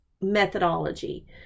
methodology